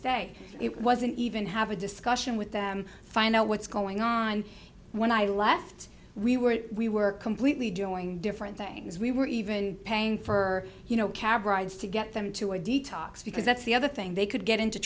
day it wasn't even have a discussion with them find out what's going on when i left we were we were completely doing different things we were even paying for you know cab rides to get them to a detox because that's the other thing they could get into